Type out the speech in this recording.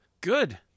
Good